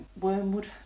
wormwood